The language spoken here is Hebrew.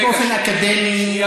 באופן אקדמי?